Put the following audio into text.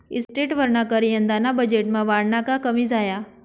इस्टेटवरना कर यंदाना बजेटमा वाढना का कमी झाया?